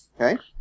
Okay